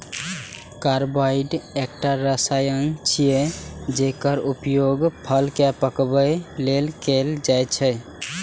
carbide एकटा रसायन छियै, जेकर उपयोग फल कें पकाबै लेल कैल जाइ छै